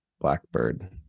blackbird